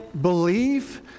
believe